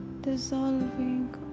dissolving